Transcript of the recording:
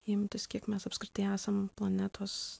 imtis kiek mes apskritai esam planetos